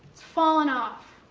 falling off.